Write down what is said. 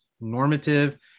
normative